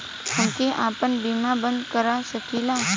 हमके आपन बीमा बन्द कर सकीला?